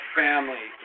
family